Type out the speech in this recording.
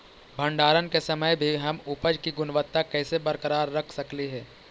भंडारण के समय भी हम उपज की गुणवत्ता कैसे बरकरार रख सकली हे?